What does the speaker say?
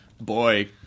boy